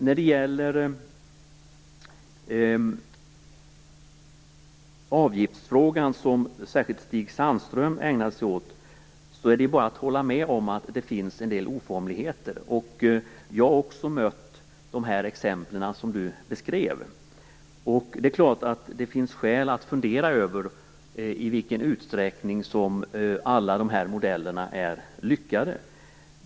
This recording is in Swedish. När det gäller avgiftsfrågan, som särskilt Stig Sandström ägnade sig åt, är det bara att hålla med om att det finns en del oformligheter. Jag har också mött de exempel som han beskrev. Det är klart att det finns skäl att fundera över i vilken utsträckning alla dessa modeller är lyckade.